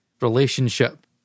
relationship